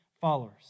followers